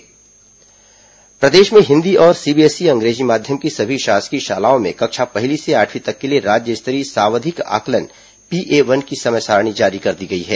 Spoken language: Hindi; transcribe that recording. सावधिक आंकलन प्रदेश में हिन्दी और सीबीएसई अंग्रेजी माध्यम की सभी शासकीय शालाओं में कक्षा पहली से आठवीं तक के लिए राज्य स्तरीय सावधिक आंकलन पीएवन की समय सारिणी जारी कर दी गई है